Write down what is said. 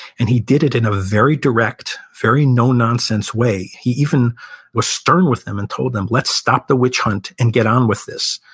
and he did it in a very direct, very no-nonsense way. he even was stern with them and told them, let's stop the witch-hunt and get on with this.